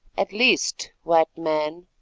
at least, white man,